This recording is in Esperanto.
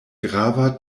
grava